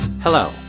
Hello